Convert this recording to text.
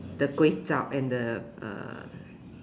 the kway-chap and the uh